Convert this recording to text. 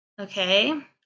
Okay